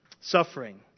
suffering